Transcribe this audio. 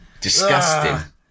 Disgusting